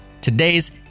Today's